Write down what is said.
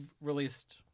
released